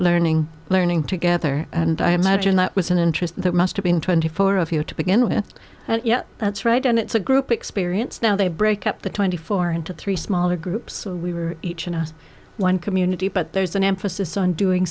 learning learning together and i imagine that was an interest that must have been twenty four of you to begin with yes that's right and it's a group experience now they break up the twenty four into three smaller groups so we were each of us one community but there's an emphasis on doing